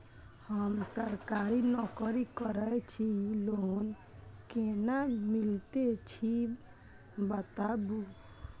हम सरकारी नौकरी करै छी लोन केना मिलते कीछ बताबु?